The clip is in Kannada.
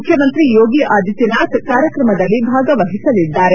ಮುಖ್ಯಮಂತ್ರಿ ಯೋಗಿ ಆದಿತ್ವನಾಥ್ ಕಾರ್ಯಕ್ರಮದಲ್ಲಿ ಭಾಗವಹಿಸಲಿದ್ದಾರೆ